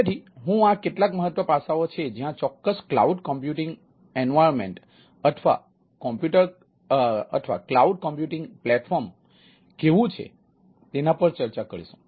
તેથી હું આ કેટલાક મહત્વપૂર્ણ પાસાઓ છે જ્યાં ચોક્કસ ક્લાઉડ કમ્પ્યુટિંગ વાતાવરણ અથવા ક્લાઉડ કમ્પ્યુટિંગ પ્લેટફોર્મ કેવું છે તેના પર ચર્ચા કરીશું